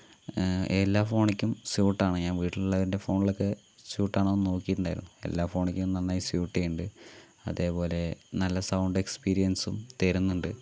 എല്ലാ ഫോണിലും സ്യൂട്ട് ആണ് ഞാൻ വീട്ടില് എൻ്റെ ഫോണിലേക്ക് സ്യൂട്ട് ആണോന്ന് നോക്കിയിട്ട് ഉണ്ടായിരുന്നു എല്ലാ ഫോണിലേക്കും നന്നായി സ്യൂട്ട് ആകുന്നുണ്ട് അതേപോലെ നല്ല സൗണ്ട് എക്സ്പീരിയൻസും തരുന്നുണ്ട്